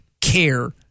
care